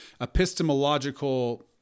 epistemological